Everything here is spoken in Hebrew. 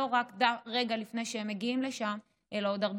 ולא רק לפני שהם מגיעים לשם אלא במהלך